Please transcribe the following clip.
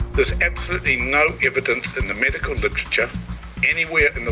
there's absolutely no evidence in the medical literature anywhere